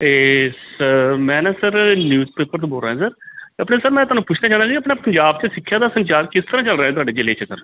ਅਤੇ ਸਰ ਮੈਂ ਨਾ ਸਰ ਨਿਊਜ਼ਪੇਪਰ ਤੋਂ ਬੋਲ ਰਿਹਾ ਸਰ ਆਪਣੇ ਸਰ ਮੈਂ ਤੁਹਾਨੂੰ ਪੁੱਛਣਾ ਚਾਹੁੰਦਾ ਸੀ ਆਪਣਾ ਪੰਜਾਬ 'ਚ ਸਿੱਖਿਆ ਦਾ ਸੰਚਾਰ ਕਿਸ ਤਰ੍ਹਾਂ ਚੱਲ ਰਿਹਾ ਤੁਹਾਡੇ ਜ਼ਿਲ੍ਹੇ 'ਚ ਸਰ